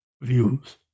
views